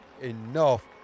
enough